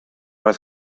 oedd